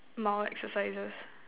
mild exercises